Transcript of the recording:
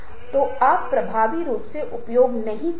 आप क्या करना चाहते हैं और आप वास्तव में क्या करने में कामयाब रहे हैं